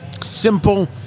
Simple